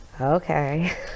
Okay